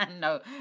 No